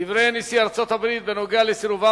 דברי נשיא ארצות-הברית בנוגע לסירובם